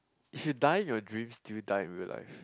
if you die in your dreams do you die in real life